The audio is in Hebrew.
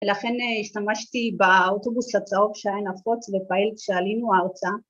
‫ולכן השתמשתי באוטובוס הצהוב ‫שהיה נפוץ ופעיל כשעלינו ארצה.